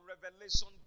revelation